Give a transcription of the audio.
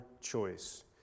choice